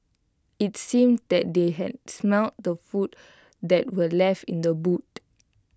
IT seemed that they had smelt the food that were left in the boot